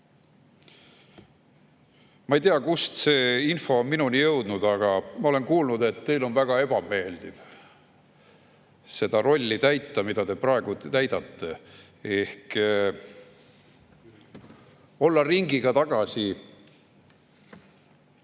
Ma ei tea, kust see info on minuni jõudnud, aga ma olen kuulnud, et teil on väga ebameeldiv seda rolli täita, mida te praegu täidate, ehk olla ringiga tagasi